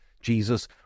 jesus